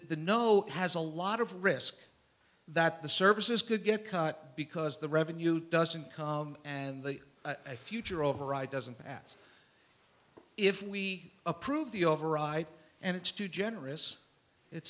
the no has a lot of risk that the services could get cut because the revenue doesn't come and the i future override doesn't pass if we approve the override and it's too generous it